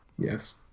yes